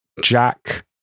Jack